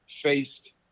faced